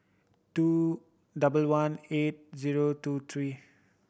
two double one eight zero two three